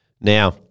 now